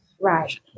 Right